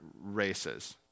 races